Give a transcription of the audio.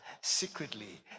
secretly